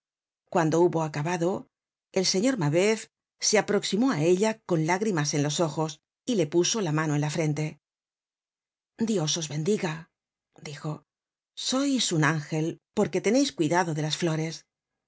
cuando hubo acabado el señor mabeuf se aproximó á ella con lágrimas en los ojos y le puso la mano en la frente dios os bendiga d ijo sois un ángel porque teneis cuidado de las flores no